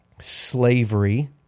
slavery